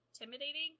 intimidating